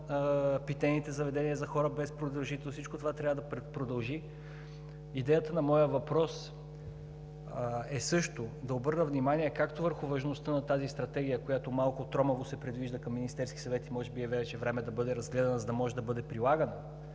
питейните заведения за хора без придружител. Всичко това трябва да продължи. Идеята на моя въпрос е също да обърна внимание както върху важността на тази стратегия, която малко тромаво се придвижва към Министерския съвет – може би вече е време да бъде разгледана, за да може да бъде прилагана